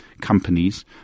companies